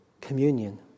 communion